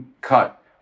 cut